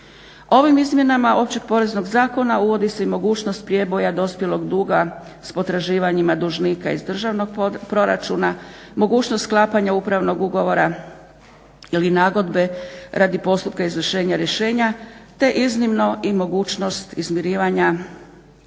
Ovim izmjenama Općeg poreznog zakona uvodi se i mogućnost prijeboja dospjelog duga s potraživanjima dužnika iz državnog proračuna, mogućnost sklapanja upravnog ugovora ili nagodbe radi postupka izvršenja rješenja, te iznimno i mogućnost izmirivanja